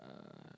uh